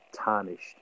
tarnished